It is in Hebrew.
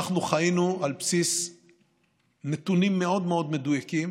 אנחנו חיינו על בסיס נתונים מאוד מאוד מדויקים